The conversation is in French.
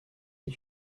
est